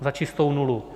Za čistou nulu.